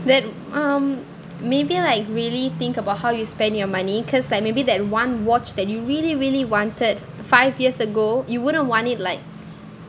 that um maybe like really think about how you spend your money cause like maybe that one watch that you really really wanted five years ago you wouldn't want it like